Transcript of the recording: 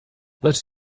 lecz